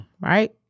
right